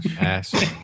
ass